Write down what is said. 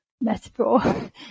metaphor